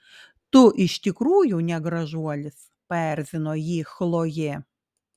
tu iš tikrųjų ne gražuolis paerzino jį chlojė